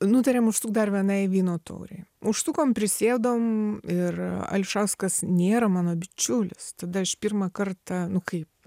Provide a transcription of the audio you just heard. nutarėm užsukt dar vienai vyno taurei užsukom prisėdom ir ališauskas nėra mano bičiulis tada aš pirmą kartą nu kaip